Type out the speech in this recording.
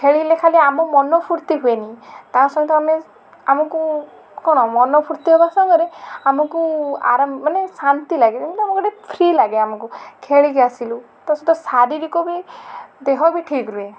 ଖେଳିଲେ ଖାଲି ଆମ ମନ ଫୁର୍ତ୍ତି ହୁଏନି ତା ସହିତ ଆମେ ଆମକୁ କ'ଣ ମନ ଫୁର୍ତ୍ତି ହେବା ସାଙ୍ଗରେ ଆମକୁ ଆରମ ମାନେ ଶାନ୍ତି ଲାଗେ ମାନେ ଆମେ ଯେମିତି ଫ୍ରି ଲାଗେ ଆମକୁ ଖେଳିକି ଆସିଲୁ ତା ସହିତ ଶାରୀରିକ ବି ଦେହ ବି ଠିକ୍ ରୁହେ